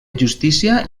justícia